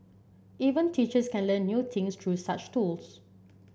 even teachers can learn new things through such tools